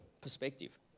perspective